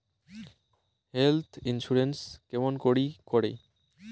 Health insurance কেমন করি করে?